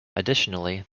additionally